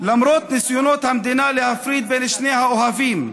למרות ניסיונות המדינה להפריד בין שני האוהבים,